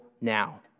now